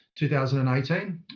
2018